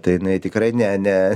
tai jinai tikrai ne ne